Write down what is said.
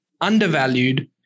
undervalued